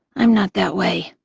i'm not that way.